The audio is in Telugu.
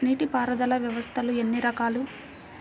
నీటిపారుదల వ్యవస్థలు ఎన్ని రకాలు?